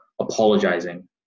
apologizing